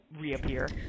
reappear